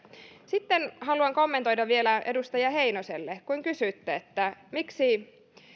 sitten haluan kommentoida vielä edustaja heinoselle kun kysyitte miksi